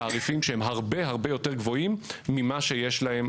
תעריפים שהם הרבה הרבה יותר גבוהים ממה שיש להם